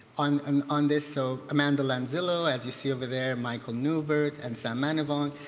on um on this. so amanda lanzillo, as you see over there, michael newbert and sam manavong.